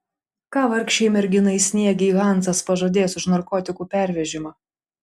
ką vargšei merginai sniegei hansas pažadės už narkotikų pervežimą